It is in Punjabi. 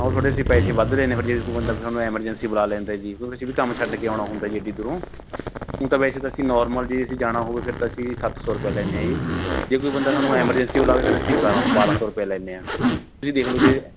ਹਾਂ ਉਹ ਥੋੜ੍ਹੇ ਅਸੀਂ ਪੈਸੇ ਵੱਧ ਲੈਂਦੇ ਫਿਰ ਜੇ ਕੋਈ ਮਤਲਬ ਸਾਨੂੰ ਐਮਰਜੈਂਸੀ ਬੁਲਾ ਲੈਂਦਾ ਜੀ ਕਿਉਂਕਿ ਅਸੀਂ ਵੀ ਕੰਮ ਛੱਡ ਕੇ ਆਉਣਾ ਹੁੰਦਾ ਜੀ ਐਡੀ ਦੂਰੋਂ ਊਂ ਤਾਂ ਵੈਸੇ ਤਾਂ ਅਸੀਂ ਨੋਰਮਲ ਜੇ ਅਸੀਂ ਜਾਣਾ ਹੋਵੇ ਫੇਰ ਤਾਂ ਅਸੀਂ ਸੱਤ ਸੌ ਰੁਪਿਆ ਲੈਂਦੇ ਹਾਂ ਜੀ ਜੇ ਕੋਈ ਬੰਦਾ ਸਾਨੂੰ ਐਮਰਜੈਂਸੀ ਬੁਲਾਵੇ ਫੇਰ ਅਸੀਂ ਬਾਰ੍ਹਾਂ ਬਾਰ੍ਹਾਂ ਸੌ ਰੁਪਿਆ ਲੈਂਦੇ ਹਾਂ ਤੁਸੀਂ ਦੇਖ ਲਉ ਜੇ